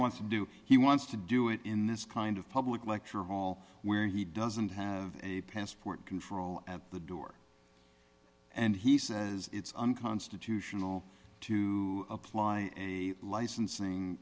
wants to do he wants to do it in this kind of public lecture hall where he doesn't have a passport control at the door and he says it's unconstitutional to apply a licensing